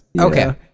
Okay